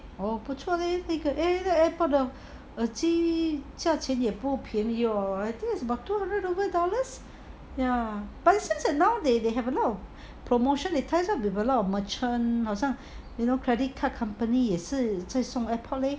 orh 不错 eh 那个 airpods 的耳机价钱钱也不便宜 I think it's about two hundred over dollars ya but it seems like now they they have a lot of promotion it ties up with a lot of merchant 好像 you know credit card company 也是再送 airpods leh